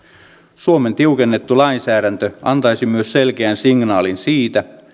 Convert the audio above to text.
suomen tiukennettu lainsäädäntö antaisi myös selkeän signaalin siitä